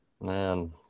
man